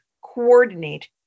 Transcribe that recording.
coordinate